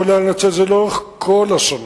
יכול היה לנצל את זה לאורך כל השנה.